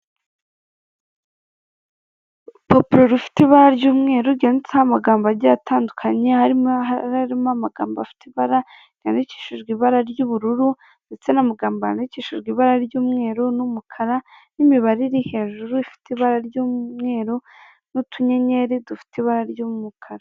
Urupapuro rufite ibara ry'umweru ryanditseho amagambo agiye atandukanye harimo amagambo afite ibara ryandikishijwe ibara ry'ubururu ndetse n'amagambo yandikishijwe ibara ry'umweru n'umukara n'imibare iri hejuru ifite ibara ry'umweru n'utunyenyeri dufite ibara ry'umukara.